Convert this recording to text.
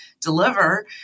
deliver